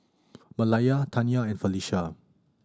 Malaya Tanya and Felisha